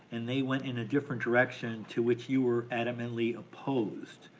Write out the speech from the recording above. and they went in a different direction to which you were adamantly opposed.